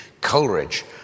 Coleridge